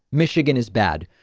michigan is bad.